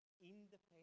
independent